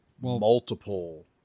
multiple